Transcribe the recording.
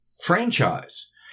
franchise